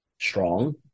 strong